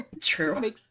True